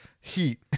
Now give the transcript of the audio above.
heat